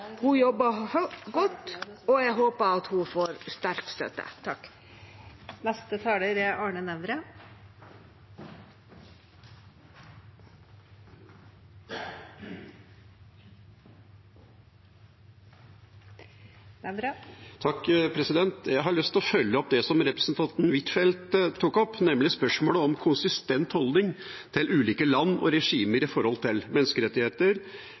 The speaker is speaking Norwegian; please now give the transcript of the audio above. Hun jobber hardt, og jeg håper at hun får sterk støtte. Jeg har lyst til å følge opp det som representanten Huitfeldt tok opp, nemlig spørsmålet om en konsistent holdning til ulike land og regimer når det gjelder menneskerettigheter,